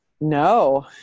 No